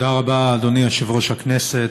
תודה רבה, אדוני יושב-ראש הכנסת.